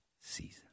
season